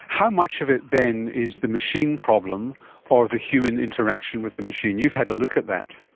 how much of it then is the machine problem or the human interaction with the machine? you've had a look at that.